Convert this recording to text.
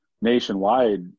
nationwide